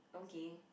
okay